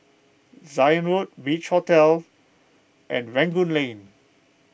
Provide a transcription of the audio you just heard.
Zion Road Beach Hotel and Rangoon Lane